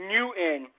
Newton